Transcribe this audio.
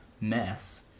mess